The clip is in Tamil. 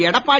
எடப்பாடி